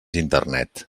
internet